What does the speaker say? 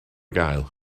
gael